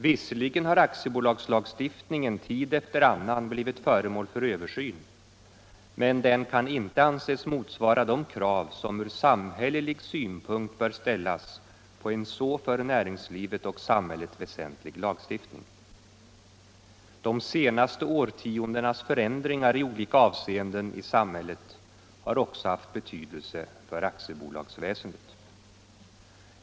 Visserligen har aktiebolagslagstiftningen tid efter annan blivit föremål för översyn, men den kan inte anses motsvara de krav som ur samhällelig synpunkt bör ställas på en för näringslivet och samhället så väsentlig lagstiftning. De senaste årtiondenas förändringar i olika avseenden i samhället har också haft betydelse för aktiebolagsväsendet.